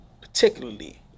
particularly